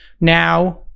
now